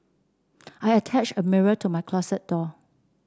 I attach a mirror to my closet door